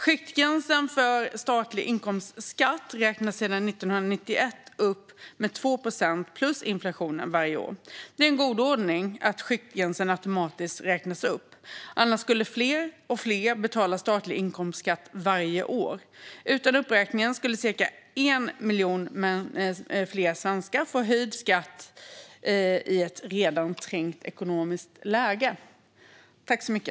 Skiktgränsen för statlig inkomstskatt räknas sedan 1991 upp med 2 procent plus inflationen varje år. Det är en god ordning att skiktgränsen automatiskt räknas upp. Annars skulle fler och fler betala statlig inkomstskatt varje år. Utan uppräkning skulle cirka 1 miljon svenskar få höjd skatt i ett redan trängt ekonomiskt läge.